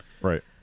Right